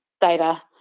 data